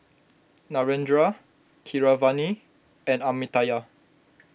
Narendra Keeravani and Amartya